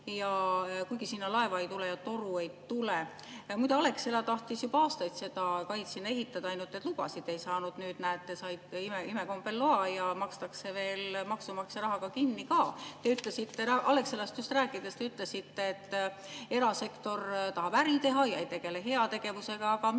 kuigi sinna laeva ei tule ja toru ei tule. Muide, Alexela tahtis juba aastaid seda kaid sinna ehitada, ainult et lubasid ei saanud. Nüüd, näete, said imekombel loa ja makstakse veel maksumaksja rahaga kinni. Alexelast rääkides te ütlesite, et erasektor tahab äri teha ja ei tegele heategevusega. Aga